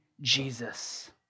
Jesus